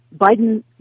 Biden